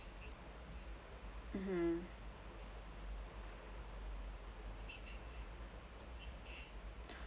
mmhmm